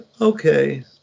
okay